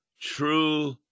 true